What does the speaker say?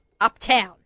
uptown